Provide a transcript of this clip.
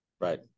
right